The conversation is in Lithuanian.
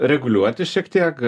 reguliuoti šiek tiek